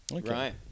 Right